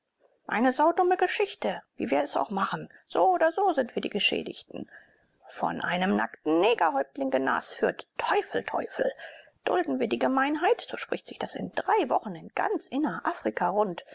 eine saudumme geschichte wie wir es auch machen so oder so sind wir die geschädigten von einem nackten negerhäuptling genasführt teufel teufel dulden wir die gemeinheit so spricht sich das in drei wochen in ganz innerafrika rund